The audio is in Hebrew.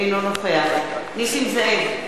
אינו נוכח נסים זאב,